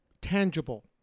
tangible